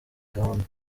gahunda